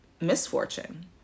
misfortune